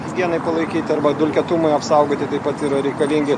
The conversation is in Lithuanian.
higienai palaikyti arba dulkėtumui apsaugoti taip pat yra reikalingi